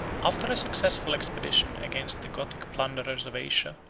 after a successful expedition against the gothic plunderers of asia,